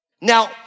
Now